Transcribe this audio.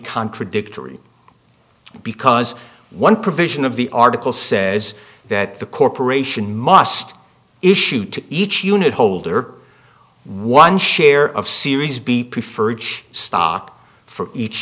contradictory because one provision of the article says that the corporation must issue to each unit holder one share of series b preferred stock for each